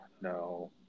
No